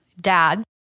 Dad